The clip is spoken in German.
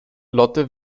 lotte